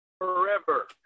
Forever